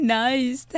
nice